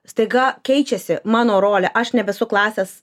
staiga keičiasi mano rolė aš nebesu klasės